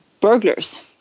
burglars